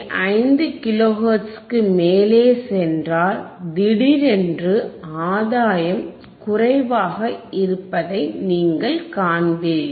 5 kilo ஹெர்ட்ஸுக்கு மேலே சென்றால் திடீரென்று ஆதாயம் குறைவாக இருப்பதை நீங்கள் காண்பீர்கள்